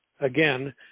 again